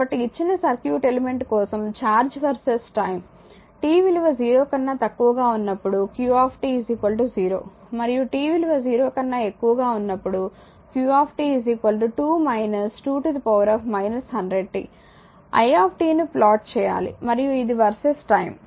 కాబట్టి ఇచ్చిన circuit element కోసం ఛార్జ్ వర్సెస్ టైమ్ t విలువ 0 కన్నా తక్కువగా ఉన్నప్పుడు q 0 మరియు t విలువ 0 కన్నా ఎక్కువగా ఉన్నప్పుడు q 2 2 100t i ను ప్లాట్ చేయాలి మరియు ఇది వర్సెస్ టైమ్